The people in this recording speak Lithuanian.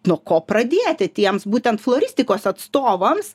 nuo ko pradėti tiems būtent floristikos atstovams